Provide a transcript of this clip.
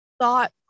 thought